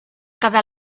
cada